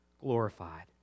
glorified